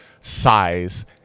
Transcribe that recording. size